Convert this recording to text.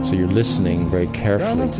ah you're listening very carefully to